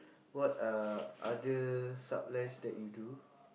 what are other sublines that you do